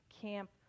camp